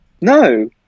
No